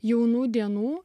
jaunų dienų